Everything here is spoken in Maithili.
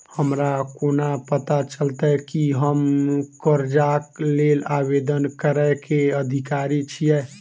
हमरा कोना पता चलतै की हम करजाक लेल आवेदन करै केँ अधिकारी छियै?